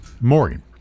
Morgan